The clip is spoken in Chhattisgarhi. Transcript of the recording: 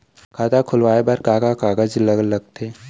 खाता खोलवाये बर का का कागज ल लगथे?